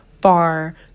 far